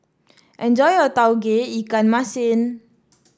enjoy your Tauge Ikan Masin